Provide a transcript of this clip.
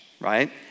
right